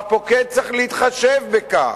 והפוקד צריך להתחשב בכך.